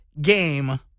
game